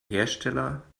hersteller